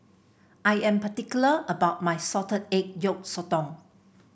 I am particular about my Salted Egg Yolk Sotong